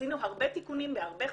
עשינו הרבה תיקונים בהרבה חוקים.